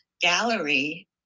gallery